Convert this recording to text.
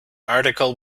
article